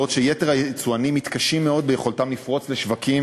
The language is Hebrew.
בעוד שיתר היצואנים מתקשים מאוד ביכולתם לפרוץ לשווקים